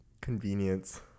convenience